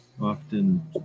often